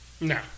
No